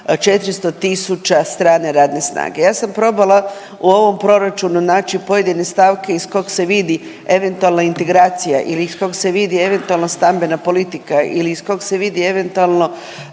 400 tisuća strane radne snage. Ja sam probala u ovom proračunu naći pojedine stavke ih kog se vidi eventualno integracija ili iz kog se vidi eventualno stambena politika ili iz kog se vidi eventualno